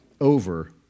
over